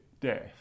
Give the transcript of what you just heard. death